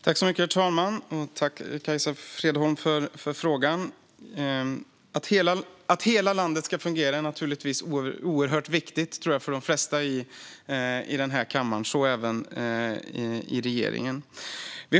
Herr talman! Jag tackar Kajsa Fredholm för frågan. Att hela landet ska fungera är naturligtvis oerhört viktigt för de flesta i den här kammaren, tror jag, och även för regeringen.